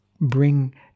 bring